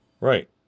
Right